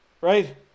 right